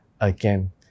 again